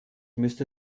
müsste